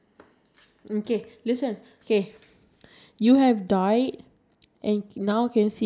disturbing people if I want to go to toilet I were like anything I I feel very scared so just ask for permission